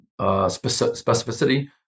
specificity